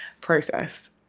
process